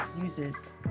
uses